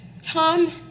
Tom